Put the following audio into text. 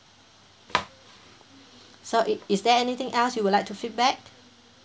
such i~ is there anything else you would like to feedback